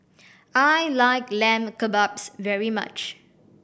I like Lamb Kebabs very much